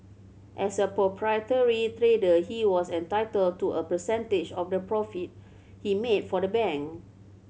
as a proprietary trader he was entitled to a percentage of the profit he made for the bank